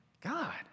God